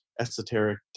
esoteric